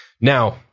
now